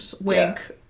Wink